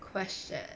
question